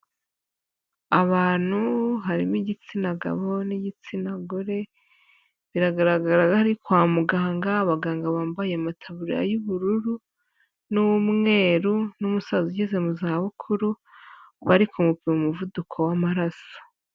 Abantu harimo igitsina gabo n'igitsina gore, biragaragara ko ari kwa muganga, abaganga bambaye amataburiya y'ubururu n'umweru n'umusaza ugeze mu zabukuru, bari kumupima umuvuduko w'amaraso.